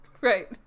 Right